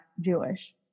Jewish